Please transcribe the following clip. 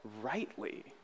rightly